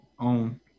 own